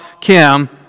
Kim